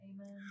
Amen